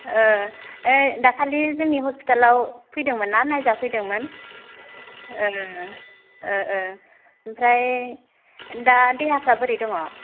ओइ दाखालि जोंनि हस्पिटालाव फैदोंमोनना नायजाफैदोंमोन ओ ओ ओमफ्राय दा देहाफ्रा बोरै दङ